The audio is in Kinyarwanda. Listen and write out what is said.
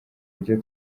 buryo